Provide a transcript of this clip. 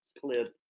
clip